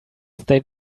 they